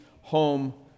home